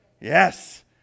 Yes